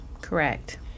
correct